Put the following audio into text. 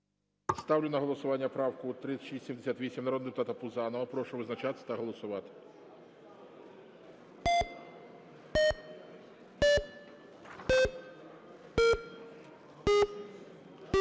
Ставлю на голосування правку 3678 народного депутата Пузанова. Прошу визначатися та голосувати. 22:05:39